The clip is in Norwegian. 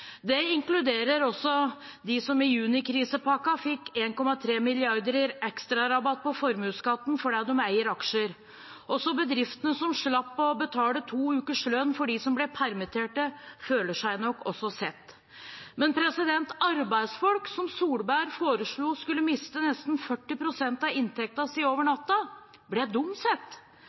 Det inkluderer også dem som med krisepakken i juni fikk 1,3 mrd. kr i ekstrarabatt på formuesskatten fordi de eier aksjer. Også bedriftene som slapp å betale to ukers lønn for dem som ble permittert, føler seg nok sett. Men arbeidsfolk som Solberg foreslo skulle miste nesten 40 pst. av inntekten sin over natta, ble